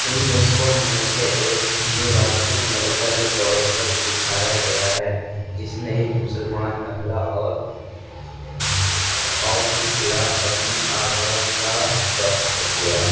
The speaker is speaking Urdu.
ان نسخوں میں اسے ایک ہندو راجپوت ملکہ کے طور پر دکھایا گیا ہے جس نے ایک مسلمان حملہ اور اور کے خلاف اپنے آغاز کا دفاع کیا